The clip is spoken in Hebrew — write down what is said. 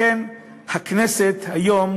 לכן הכנסת היום